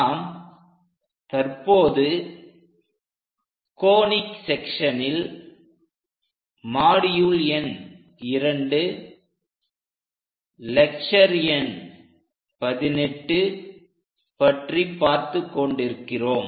நாம் தற்போது கோனிக் செக்சன்ஸனில் மாடியுள் எண் 02லெக்ச்சர் எண் 18 பற்றி பார்த்துக் கொண்டிருக்கிறோம்